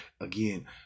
again –